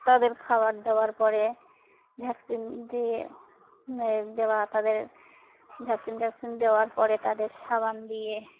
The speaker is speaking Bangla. তাদের খাবার দেওয়ার পরে ভ্যাকসিন দিয়ে দেওয়া তাদের ভ্যাকসিন ভ্যাকসিন দেওয়ার পরে তাদের সাবান দিয়ে